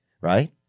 right